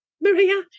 Maria